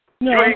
No